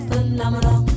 Phenomenal